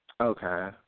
Okay